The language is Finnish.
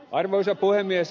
arvoisa puhemies